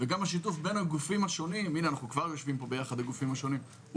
וגם השיתוף בין הגופים השונים שאנחנו כבר יושבים יחד כל הגופים השונים,